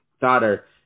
daughter